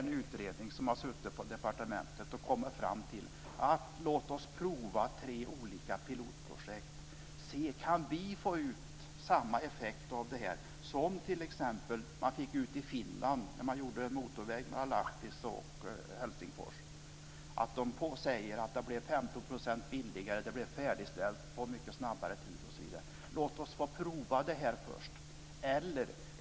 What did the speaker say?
En utredning på departementet har kommit fram till att vi ska prova tre olika pilotprojekt. Vi ska se om vi kan få ut samma effekt som man fick i Finland, när man gjorde motorväg mellan Lahtis och Helsingfors. Där säger man att det blev 15 % billigare och färdigställt på mycket snabbare tid. Låt oss prova först.